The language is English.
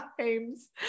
times